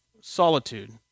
solitude